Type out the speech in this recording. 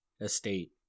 estate